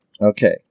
Okay